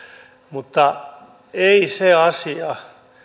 mutta ei se asia